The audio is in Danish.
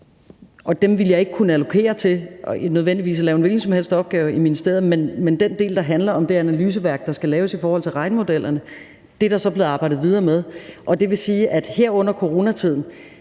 Dem ville jeg ikke kunne allokere til nødvendigvis at lave en hvilken som helst opgave i ministeriet, men den del, der handler om det analyseværk, der skal laves i forhold til regnemodellerne, er der så blevet arbejdet videre med. Så jeg vil sige det sådan, at her i coronatiden